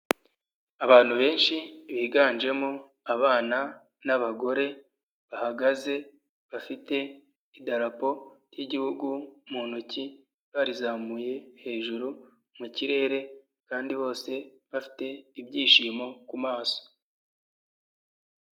Abantu benshi biganjemo abana n'abagore bahagaze, bafite idarapo ry'igihugu mu ntoki, barizamuye hejuru mu kirere, kandi bose bafite ibyishimo ku maso.